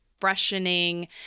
freshening